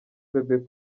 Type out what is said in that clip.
bebe